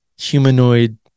humanoid